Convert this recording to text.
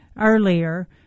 earlier